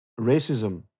racism